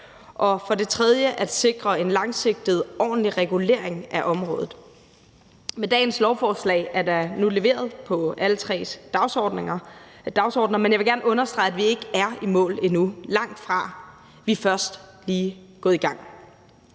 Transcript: og for det tredje at sikre en langsigtet, ordentlig regulering af området. Med dagens lovforslag er der nu leveret på alle tre dagsordener, men jeg vil gerne understrege, at vi ikke er i mål endnu – langtfra, vi er først lige gået i gang.